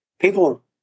people